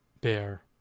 bear